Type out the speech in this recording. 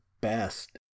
best